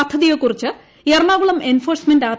പദ്ധതിയെക്കുറിച്ച് Ernakulam enforcement R